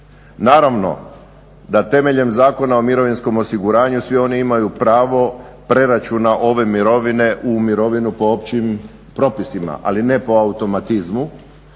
Naravno da temeljem Zakona o mirovinskom osiguranju svi oni imaju pravo preračuna ove mirovine u mirovinu po općim propisima, ali ne po automatizmu